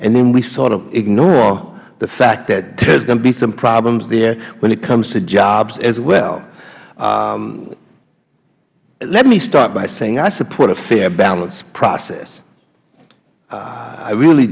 and then we sort of ignore the fact that there is going to be some problems there when it comes to jobs as well let me start by saying i support a fair balanced process i really